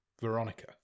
Veronica